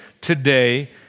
today